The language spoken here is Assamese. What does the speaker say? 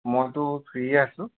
মইতো ফ্ৰীয়ে আছোঁ